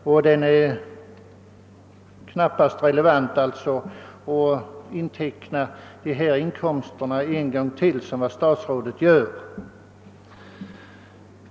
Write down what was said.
Följaktligen är det inte relevant att räkna in de inkomsterna en gång till, som statsrådet gör.